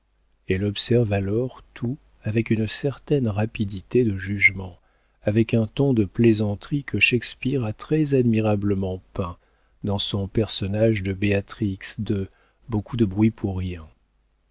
elle observe alors tout avec une certaine rapidité de jugement avec un ton de plaisanterie que shakspeare a très admirablement peint dans son personnage de béatrix de beaucoup de bruit pour rien